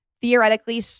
theoretically